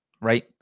right